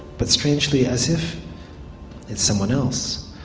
but, strangely, as if it's someone else.